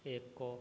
ଏକ